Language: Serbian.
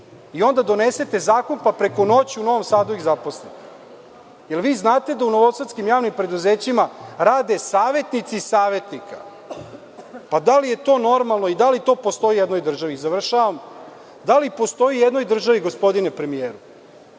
I onda donesete zakup pa preko noći u Novom Sadu ih zaposlite. Jel vi znate da u novosadskim javnim preduzećima rade savetnici savetnika? Da li je to normalno i da li to postoji u jednoj državi? Završavam. Da li postoji i u jednoj državi, gospodine premijeru,